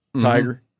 tiger